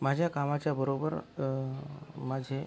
माझ्या कामाच्या बरोबर माझे